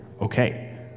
okay